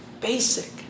basic